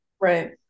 Right